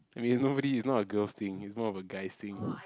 I mean nobody is not a girls thing is more of a guys thing